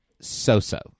so-so